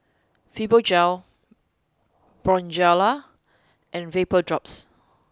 Fibogel Bonjela and VapoDrops